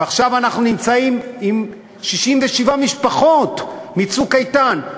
ועכשיו אנחנו נמצאים עם 67 משפחות מ"צוק איתן".